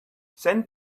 send